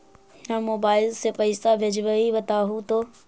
हम मोबाईल से पईसा भेजबई बताहु तो?